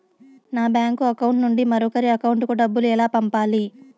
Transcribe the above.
నా bank account నుండి మరొకరి అకౌంట్ కు డబ్బులు ఎలా పంపాలి